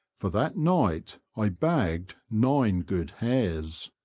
for that night i bagged nine good hares.